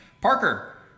Parker